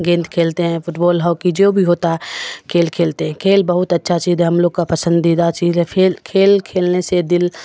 گیند کھیلتے ہیں فٹ بال ہاکی جو بھی ہوتا ہے کھیل کھیلتے ہیں کھیل بہت اچھا چیز ہے ہم لوگ کا پسندیدہ چیز ہے کھیل کھیل کھیلنے سے دل